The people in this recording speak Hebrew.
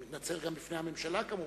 אני מתנצל גם לפני הממשלה, כמובן.